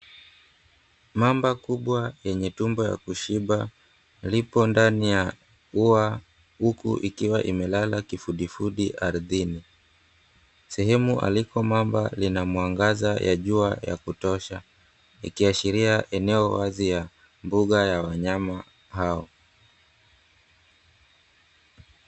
Mamba kubwa yenye tumbo ya kushiba, lipo ndani ya ua huku ikiwa imelala kifudifudi ardhini. Sehemu aliko mamba lina mwangaza ya jua ya kutosha ikiashiria eneo wazi ya mbuga ya wanyama hao.